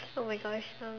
oh my gosh um